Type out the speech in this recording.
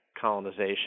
colonization